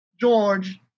George